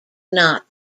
not